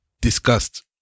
discussed